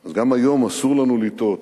אז גם היום אסור לנו לטעות,